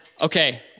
okay